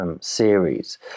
Series